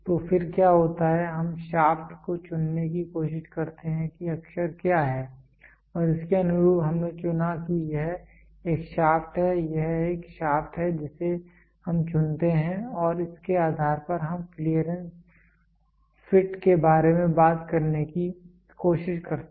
तो फिर क्या होता है हम शाफ्ट को चुनने की कोशिश करते हैं कि अक्षर क्या है और इसके अनुरूप हमने चुना कि यह एक शाफ्ट है यह एक शाफ्ट है जिसे हम चुनते हैं और इसके आधार पर हम क्लीयरेंस फिट के बारे में बात करने की कोशिश करते हैं